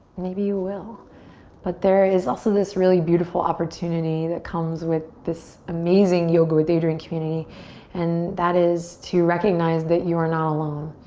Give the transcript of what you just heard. maybe you will but there is also this really beautiful opportunity that comes with this amazing yoga with adriene community and that is to recognize that you are not alone.